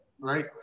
right